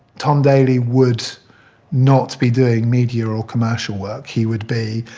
tom daley would not be doing media or or commercial work, he would be